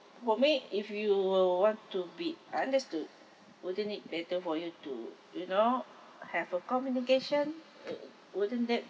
for me if you will want to be understood wouldn't it better for you to you know have a communication uh wouldn't that